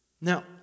Now